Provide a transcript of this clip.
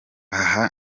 aha